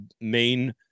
main